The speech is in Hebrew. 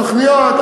התוכניות,